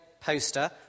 poster